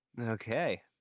okay